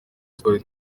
twari